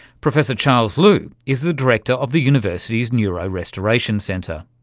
professor charles liu is the director of the university's neurorestoration center.